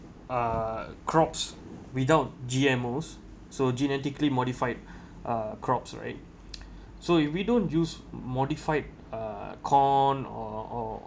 uh crops without G_M_O so genetically modified uh crops right so if we don't use modified uh corn or or